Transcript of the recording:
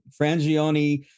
Frangioni